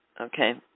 Okay